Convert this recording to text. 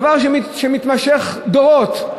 דבר שמתמשך דורות,